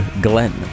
GLENN